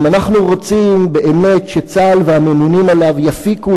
אם אנחנו רוצים באמת שצה"ל והממונים עליו יפיקו